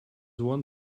one